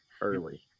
early